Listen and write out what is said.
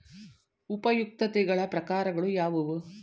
ಉಪಯುಕ್ತತೆಗಳ ಪ್ರಕಾರಗಳು ಯಾವುವು?